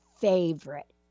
favorite